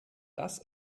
das